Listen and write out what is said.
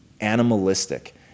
animalistic